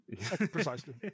precisely